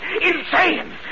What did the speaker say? Insane